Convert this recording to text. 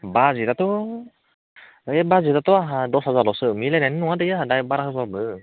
बाजेटआथ' है बाजेटआथ' आंहा दस हाजारल'सो मिलायनाय नङा दै आंहा बारा होबाबो